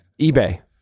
eBay